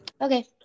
Okay